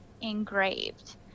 engraved